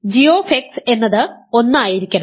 അതിനാൽ g എന്നത് 1 ആയിരിക്കണം